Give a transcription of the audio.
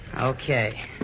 Okay